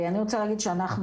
אני רוצה להגיד שאנחנו,